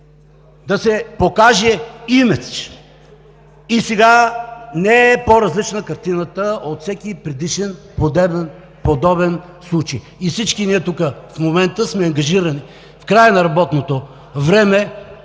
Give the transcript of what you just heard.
да се покаже имидж! И сега не е по-различна картината от всеки предишен подобен случай. И всички ние тук в момента сме ангажирани в края на работното време!